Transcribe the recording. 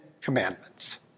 Commandments